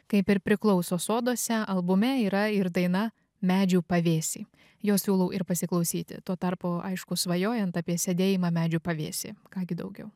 kaip ir priklauso soduose albume yra ir daina medžių pavėsy jos siūlau ir pasiklausyti tuo tarpu aišku svajojant apie sėdėjimą medžių pavėsyje ką gi daugiau